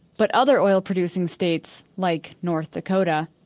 but other oil-producing states, like north dakota,